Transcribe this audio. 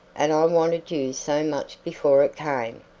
and i wanted you so much before it came.